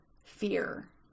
Fear